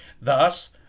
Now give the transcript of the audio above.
Thus